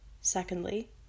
secondly